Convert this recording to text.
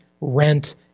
rent